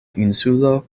insulo